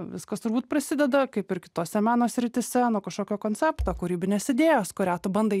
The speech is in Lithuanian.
viskas turbūt prasideda kaip ir kitose meno srityse nuo kažkokio koncepto kūrybinės idėjos kurią tu bandai